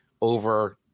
over